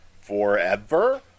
forever